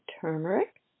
turmeric